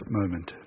moment